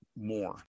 more